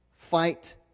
fight